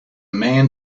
man